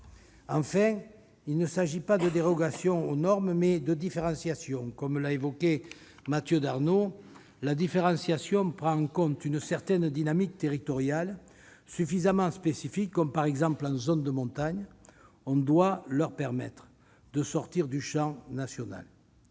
Enfin, il s'agit non de dérogation aux normes, mais de différenciation. Comme l'a évoqué Mathieu Darnaud, la différenciation prend en compte une certaine dynamique territoriale suffisamment spécifique, comme en zone de montagne. On doit permettre de sortir du champ national.